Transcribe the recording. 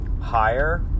higher